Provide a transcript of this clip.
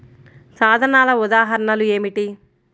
సాధనాల ఉదాహరణలు ఏమిటీ?